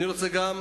אני רוצה גם